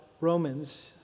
Romans